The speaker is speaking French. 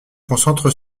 concentre